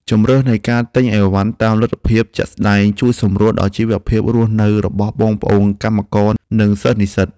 ជម្រើសនៃការទិញអីវ៉ាន់តាមលទ្ធភាពជាក់ស្ដែងជួយសម្រួលដល់ជីវភាពរស់នៅរបស់បងប្អូនកម្មករនិងសិស្សនិស្សិត។